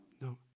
No